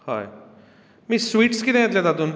हय न्ही स्विट्स कितें येतलें तातूंत